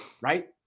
right